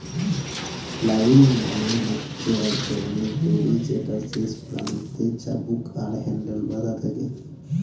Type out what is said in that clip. flail মানে হচ্ছে এক ধরনের দড়ি যেটার শেষ প্রান্তে চাবুক আর হ্যান্ডেল বাধা থাকে